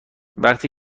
وقتی